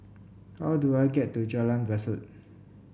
how do I get to Jalan Besut